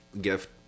gift